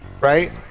Right